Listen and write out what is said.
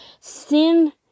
Sin